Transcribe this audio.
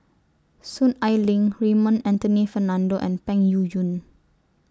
Soon Ai Ling Raymond Anthony Fernando and Peng Yuyun